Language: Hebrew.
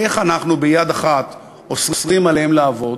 איך אנחנו ביד אחת אוסרים עליהם לעבוד